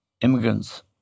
immigrants